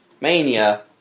Mania